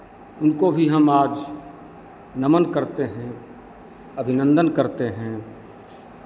उनको भी हम आज नमन करते हैं अभिनंदन करते हैं